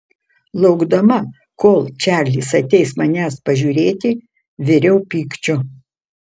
laukdama kol čarlis ateis manęs pažiūrėti viriau pykčiu